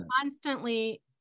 Constantly